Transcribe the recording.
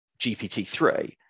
GPT-3